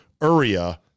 Uria